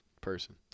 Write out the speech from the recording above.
person